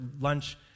lunch